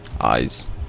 Eyes